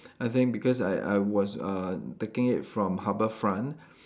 I think because I I was uh taking it from Harbourfront